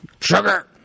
Sugar